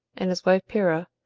and his wife pyrrha,